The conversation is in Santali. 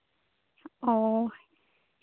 ᱚᱻ